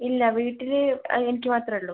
ഇല്ല വീട്ടില് എനിക്ക് മാത്രമെ ഉള്ളൂ